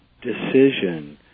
decision